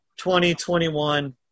2021